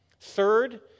Third